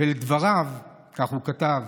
ולדבריו, כך הוא כתב,